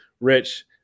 Rich